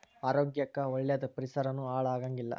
ಆರೋಗ್ಯ ಕ್ಕ ಒಳ್ಳೇದ ಪರಿಸರಾನು ಹಾಳ ಆಗಂಗಿಲ್ಲಾ